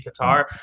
qatar